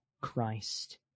Christ